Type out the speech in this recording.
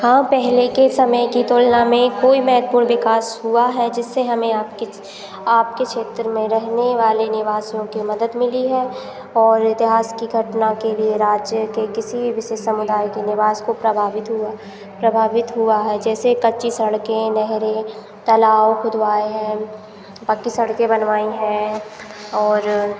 हाँ पहले के समय की तुलना में कोई महत्वपूर्ण विकास हुआ है जिससे हमें आपकी आपके क्षेत्र में रहने वाले निवासियों की मदद मिली है और इतिहास की घटना के लिए राज्य के किसी भी विशेष समुदाय के निवास को प्रभावित हुआ प्रभावित हुआ है जैसे कच्ची सड़कें नहरें तालाब खुदवाएँ हैं पक्की सड़कें बनवाई हैं और